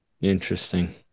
Interesting